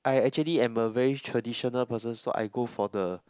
I actually am a very traditional person so I go for the